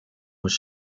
was